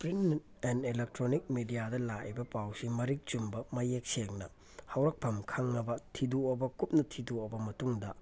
print and electronic ꯃꯦꯗꯤꯌꯥꯗ ꯂꯥꯛꯏꯕ ꯄꯥꯎꯁꯤ ꯃꯔꯤꯛ ꯆꯨꯝꯕ ꯃꯌꯦꯛ ꯁꯦꯡꯅ ꯍꯧꯔꯛꯐꯝ ꯈꯪꯉꯕ ꯊꯤꯗꯣꯛꯑꯕ ꯀꯨꯞꯅ ꯊꯤꯗꯣꯛꯑꯕ ꯃꯇꯨꯡꯗ